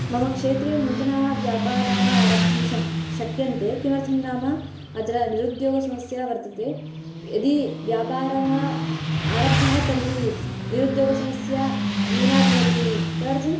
मम क्षेत्रे नूतनाः व्यापाराः आरब्धुं शक्यन्ते किमर्थं नाम अत्र निरुद्योगसमस्याः वर्तन्ते यदि व्यापारः आरब्धः तर्हि निरुद्योगसमस्या न्यूना भवति तदर्थम्